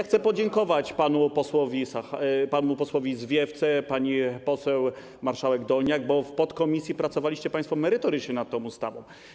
Chcę podziękować panu posłowi Zwiefce, pani poseł marszałek Dolniak, bo w podkomisji pracowaliście państwo merytorycznie nad tą ustawą.